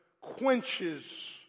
quenches